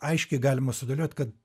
aiškiai galima sudėliot kad